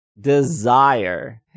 desire